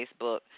Facebook